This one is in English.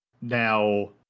now